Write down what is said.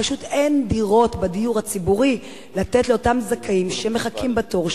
פשוט אין דירות בדיור הציבורי לתת לאותם זכאים שמחכים בתור,